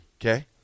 Okay